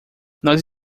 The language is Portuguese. nós